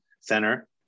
center